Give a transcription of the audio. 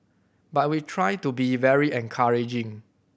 but we try to be very encouraging